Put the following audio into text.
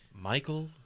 Michael